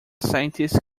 scientist